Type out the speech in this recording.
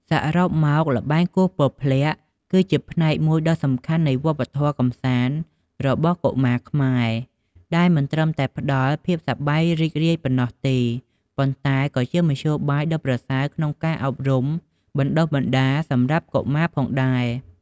សរុបមក ល្បែងគោះពព្លាក់គឺជាផ្នែកមួយដ៏សំខាន់នៃវប្បធម៌កម្សាន្តរបស់កុមារខ្មែរ ដែលមិនត្រឹមតែផ្ដល់ភាពសប្បាយរីករាយប៉ុណ្ណោះទេ ប៉ុន្តែក៏ជាមធ្យោបាយដ៏ប្រសើរក្នុងការអប់រំ បណ្ដុះបណ្ដាលសម្រាប់កុមារផងដែរ។